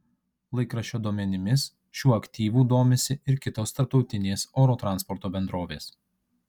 laikraščio duomenimis šiuo aktyvu domisi ir kitos tarptautinės oro transporto bendrovės